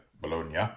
Bologna